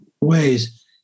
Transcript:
ways